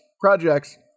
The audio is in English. projects